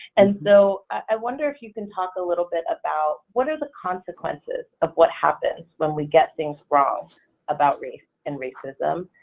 and so, i wonder if you can talk a little bit about what are the consequences of what happens when we get things wrong about race and racism?